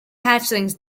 hatchlings